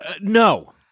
No